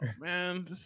man